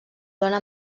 dona